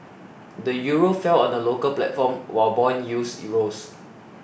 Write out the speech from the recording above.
the Euro fell on the local platform while bond yields rose